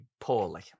poorly